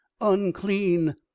unclean